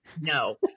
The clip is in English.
no